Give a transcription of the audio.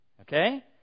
Okay